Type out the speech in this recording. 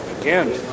again